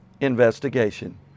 investigation